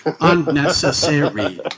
unnecessary